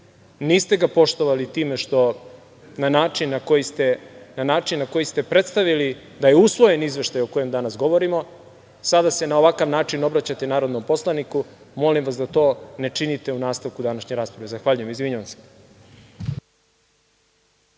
Niste ga poštovali time što na način na koji ste predstavili da je usvojen izveštaj o kojem danas govorimo, sada se na ovakav način obraćate narodnom poslaniku, molim vas da to ne činite u nastavku današnje rasprave. Zahvaljujem. Izvinjavam se.